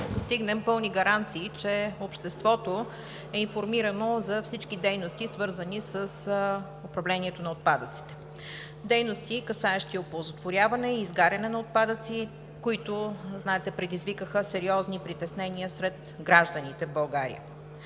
постигнем пълни гаранции, че обществото е информирано за всички дейности, свързани с управлението на отпадъците, дейности, касаещи оползотворяване и изгаряне на отпадъци, които, както знаете, предизвикаха сериозни притеснения сред гражданите в България.